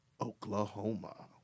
Oklahoma